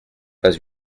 pas